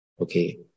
Okay